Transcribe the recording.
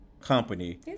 company